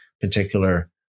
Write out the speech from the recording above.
particular